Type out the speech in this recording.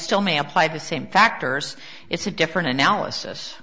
still may apply the same factors it's a different analysis